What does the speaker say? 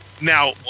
Now